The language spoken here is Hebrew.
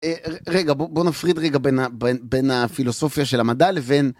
רגע, בוא נפריד רגע בין הפילוסופיה של המדע לבין...